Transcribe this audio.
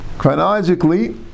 Chronologically